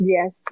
Yes